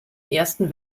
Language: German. ersten